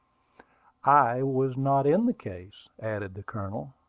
i was not in the case, added the colonel.